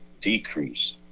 decrease